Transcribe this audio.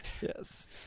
Yes